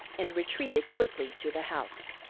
and retreated quickly to the house.